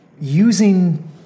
using